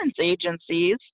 agencies